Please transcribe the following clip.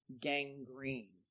gangrene